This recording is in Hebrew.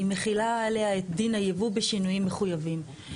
היא מכילה עליה את דיון הייבוא בשינויים מחויבים.